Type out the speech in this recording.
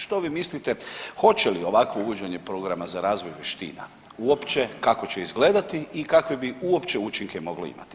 Što vi mislite hoće li ovakvo uvođenje programa za razvoj vještina uopće kako će izgledati i kakve bi uopće učinke moglo imati?